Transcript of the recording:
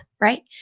right